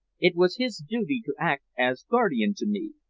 it was his duty to act as guardian to me,